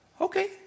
Okay